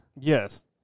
Yes